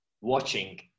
watching